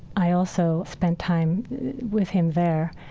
i also spent time with him there.